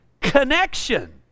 connection